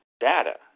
data